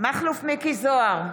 מכלוף מיקי זוהר,